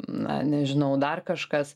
na nežinau dar kažkas